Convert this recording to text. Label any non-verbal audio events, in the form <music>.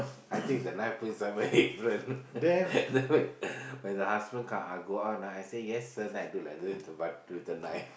I take knife put inside my apron <laughs> then when the husband come go out ah then I say yes sir then I do like that to the with the knife